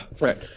Right